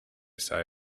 sigh